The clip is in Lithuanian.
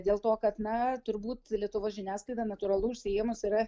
dėl to kad na turbūt lietuvos žiniasklaida natūralu užsiėmus yra